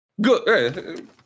Good